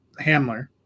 Hamler